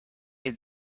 had